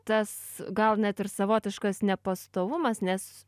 tas gal net ir savotiškas nepastovumas nes